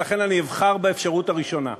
ולכן אני אבחר באפשרות הראשונה.